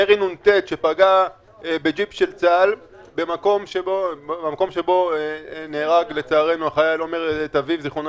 ירי נ"ט שפגע בג'יפ של צה"ל במקום שבו נהרג לצערנו החייל עומר דוד ז"ל